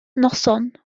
noson